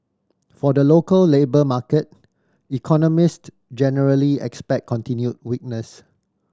for the local labour market economist generally expect continued weakness